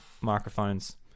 microphones